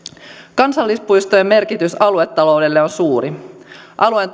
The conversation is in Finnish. kansallispuistojen merkitys aluetaloudelle on suuri alueen